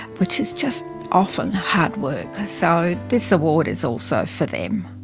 which is just often hard work. so this award is also for them.